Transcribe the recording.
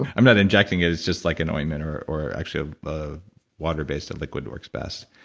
i'm not injecting it as just like an ointment or or actually ah ah water-based and liquid works best.